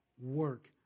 work